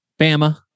Bama